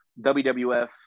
WWF